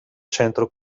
centro